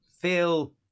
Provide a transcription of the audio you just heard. feel